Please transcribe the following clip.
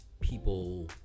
people